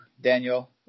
Daniel